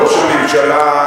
הממשלה,